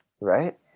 Right